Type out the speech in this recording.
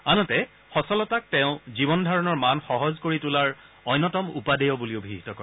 আনহাতে সচলতাক তেওঁ জীৱন ধাৰণৰ মান সহজ কৰি তোলাৰ অন্যতম উপাদেয় বুলি অভিহিত কৰে